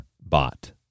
bot